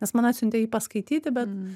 nes man atsiuntė jį paskaityti bet